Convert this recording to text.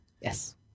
Yes